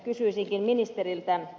kysyinkin ministeriltä